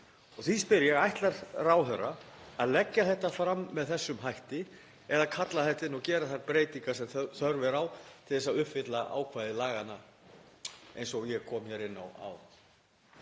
Því spyr ég: Ætlar ráðherra að leggja þetta fram með þessum hætti eða kalla þetta inn og gera þær breytingar sem þörf er á til að uppfylla ákvæði laganna eins og ég kom hér inn á